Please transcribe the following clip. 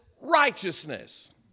righteousness